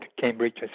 Cambridge